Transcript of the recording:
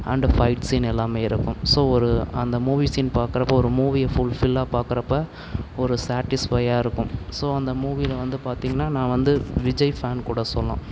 and fight scene எல்லாமே இருக்கும் so ஒரு அந்த மூவி சீன் பார்க்கறப்போ ஒரு மூவியை ஃபுல்ஃபில்லாக பார்க்குறப்ப ஒரு சாடிஸ்ஃபையாக இருக்கும் ஸோ அந்த மூவியில வந்து பார்த்திங்கன்னா நான் வந்து விஜய் ஃபேன் கூட சொல்ணும்